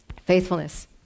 Faithfulness